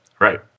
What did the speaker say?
Right